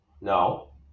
no